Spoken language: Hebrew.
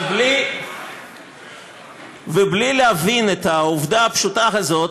בלי להבין את העובדה הפשוטה הזאת,